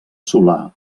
solà